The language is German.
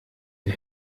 der